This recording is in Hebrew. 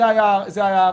זה היה הרציונל.